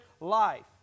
life